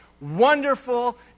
wonderful